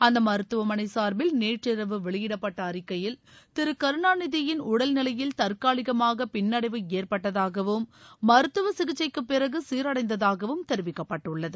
அந்த மருத்துவமனை சார்பில் நேற்றிரவு வெளியிடப்பட்ட அறிக்கையில் திரு கருணாநிதியின் உடல்நிலையில் தற்காலிகமாக பின்னடைவு ஏற்பட்டதாகவும் மருத்துவச் சிகிச்சைக்குப் பிறகு சீரடைந்ததாகவும் தெரிவிக்கப்பட்டுள்ளது